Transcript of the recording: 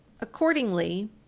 accordingly